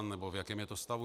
Nebo v jakém je to stavu?